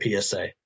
PSA